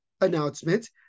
announcement